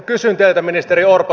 kysyn teiltä ministeri orpo